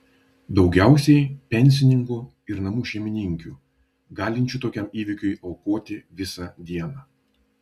daugiausiai pensininkų ir namų šeimininkių galinčių tokiam įvykiui aukoti visą dieną